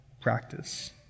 practice